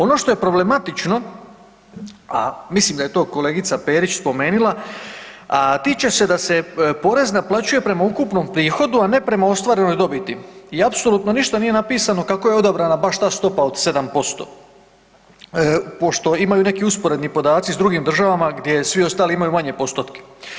Ono što je problematično, a mislim da je kolegica Perić spomenula, a tiče se da se porez naplaćuje prema ukupnom prihodu a ne prema ostvarenoj dobiti i apsolutno ništa nije napisano kako je odabrana baš ta stopa od 7% pošto imaju neki usporedni podaci s drugim državama gdje svi ostali imaju manje postotke.